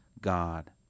God